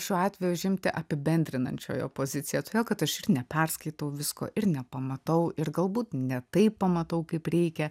šiuo atveju užimti apibendrinančiojo poziciją todėl kad aš ir neperskaitau visko ir nepamatau ir galbūt ne taip pamatau kaip reikia